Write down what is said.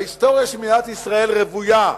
ההיסטוריה של מדינת ישראל רוויה,